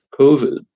COVID